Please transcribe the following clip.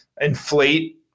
inflate